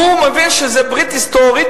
והוא מבין שזה ברית היסטורית,